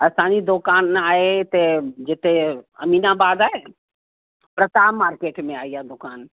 असांजी दुकानु आहे हिते जिते अमीनाबाद आहे प्रताप मार्केट में आहे इहा दुकानु